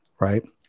right